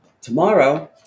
tomorrow